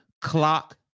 clock